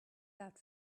that